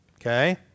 Okay